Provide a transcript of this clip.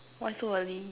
why so early